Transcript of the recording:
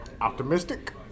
Optimistic